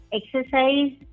exercise